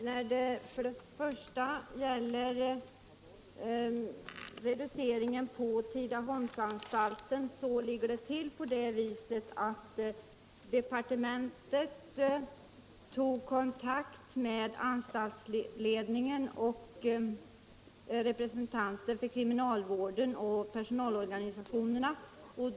Herr talman! När det först gäller reduceringen av platsantalet på Tidaholmsanstalten tog departementet kontakt med representanter för kriminalvården och för de centrala personalorganisationerna.